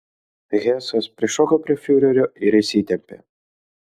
hesas prišoko prie fiurerio ir išsitempė